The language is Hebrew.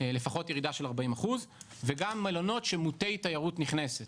לפחות ירידה של 40% וגם מלונות שהם מוטי תיירות נכנסת,